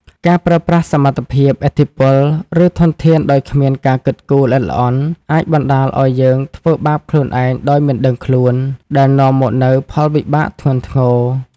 ការប្រើប្រាស់សមត្ថភាព ឥទ្ធិពល ឬធនធានដោយគ្មានការគិតគូរល្អិតល្អន់ អាចបណ្ដាលឲ្យយើងធ្វើបាបខ្លួនឯងដោយមិនដឹងខ្លួន ដែលនាំមកនូវផលវិបាកធ្ងន់ធ្ងរ។